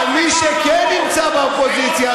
אבל מי שכן נמצא באופוזיציה,